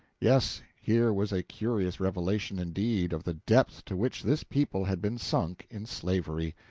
yes, here was a curious revelation, indeed, of the depth to which this people had been sunk in slavery.